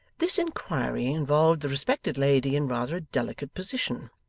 this inquiry involved the respected lady in rather a delicate position,